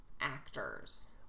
actors